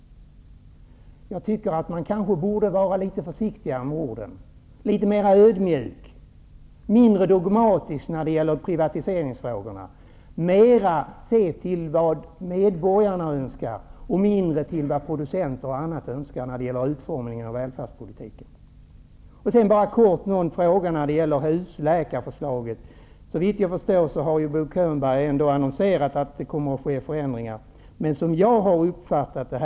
Jag tycker att man borde vara litet försiktigare med orden, litet mera ödmjuk och mindre dogmatisk när det gäller privatiseringsfrågorna. Man borde se mera till vad medborgarna önskar och mindre till vad producenter och andra önskar i fråga om utformningen av välfärdspolitiken. Såvitt jag har förstått har Bo Könberg annonserat att det kommer att ske förändringar i husläkarförslaget.